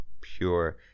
pure